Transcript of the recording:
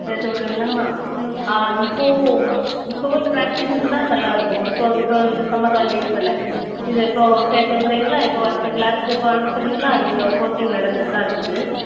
சேர்த்து விட்றீங்களாம்மா ஆ இப்பவும் ஆ இப்பவே ப்ராக்டிஸ் இருந்தால் நல்லா இருக்கும் இப்போ வந்து இப்போ சம்மர் ஹாலிடேஸ் தானே இது இப்போது சேர்த்து விட்றீங்களா இப்போ வரட்டும் க்ளாஸுக்கு இப்போ அணுச்சுறீங்களா இங்கே கோச்சிங் நடந்துகிட்டு தான் இருக்குது